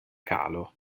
calo